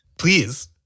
Please